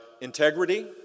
integrity